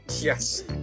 Yes